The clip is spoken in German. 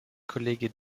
kollege